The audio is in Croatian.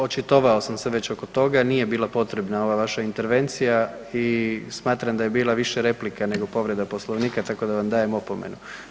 Očitovao sam se već oko toga, nije bila potrebna ova vaša intervencija i smatram da je bila više replika nego povreda Poslovnika tako da vam dajem opomenu.